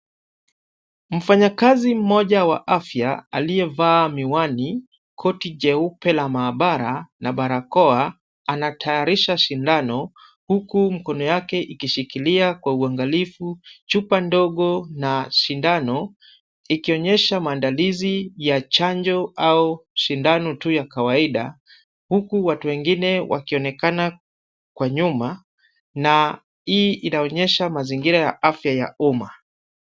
Mfanyakazi mmoja wa afya aliyevaa miwani, koti jeupe la maabara na barakoa anatayarisha sindano huku mkono yake ikishikilia kwa uangalifu chupa ndogo na sindano ikionyesha maandalizi ya chanjo au sindano tu ya kawaida, huku watu wengine wakionekana kwa nyuma na hii inaonyesha mazingira ya afya ya umma.